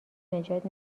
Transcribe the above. نجات